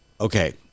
Okay